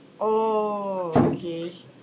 orh okay